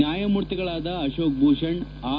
ನ್ನಾಯಮೂರ್ತಿಗಳಾದ Ashok Bhushan R